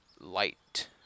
light